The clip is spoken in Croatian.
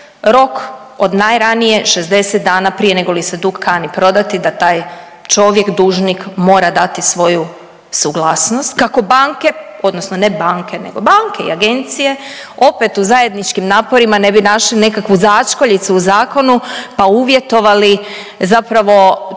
rok od najranije 60 dana prije nego li se dug kani prodati, da taj čovjek, dužnik, mora dati svoju suglasnost kako banke, odnosno ne banke, nego banke i agencije opet u zajedničkim naporima ne bi našli nekakvu začkoljicu u zakonu pa uvjetovali zapravo